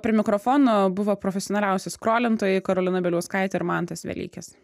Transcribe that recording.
prie mikrofono buvo profesionaliausi skrolintojai karolina bieliauskaitė ir mantas velykis